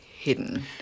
hidden